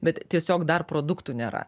bet tiesiog dar produktų nėra